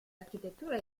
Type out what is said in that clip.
arquitectura